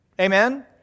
Amen